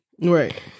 Right